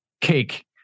cake